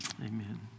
amen